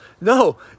No